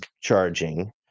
charging